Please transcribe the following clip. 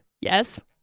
Yes